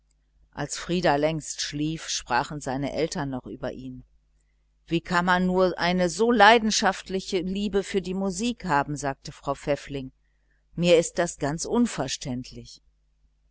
als frieder längst schlief sprachen seine eltern noch über ihn wie kann man nur so leidenschaftliche liebe für die musik haben sagte frau pfäffling mir ist das ganz unverständlich